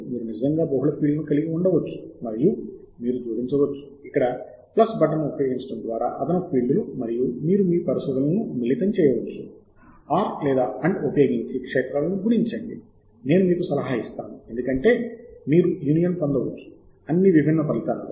మీరు నిజంగా బహుళ ఫీల్డ్లను కలిగి ఉండవచ్చు మరియు మీరు జోడించవచ్చు ఇక్కడ ప్లస్ బటన్ను ఉపయోగించడం ద్వారా అదనపు ఫీల్డ్లు మరియు మీరు మీ శోధనలను మిళితం చేయవచ్చు OR లేదా AND ఉపయోగించి క్షేత్రాలను గుణించండి నేను మీకు సలహా ఇస్తాను ఎందుకంటే మీరు యూనియన్ పొందవచ్చు అన్ని విభిన్న ఫలితాలలో